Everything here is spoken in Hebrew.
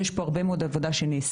אז יש פה הרבה מאוד עבודה שנעשית,